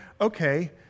okay